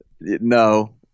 No